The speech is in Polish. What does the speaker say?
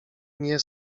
nie